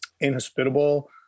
inhospitable